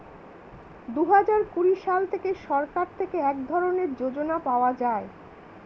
দুহাজার কুড়ি সাল থেকে সরকার থেকে এক ধরনের যোজনা পাওয়া যায়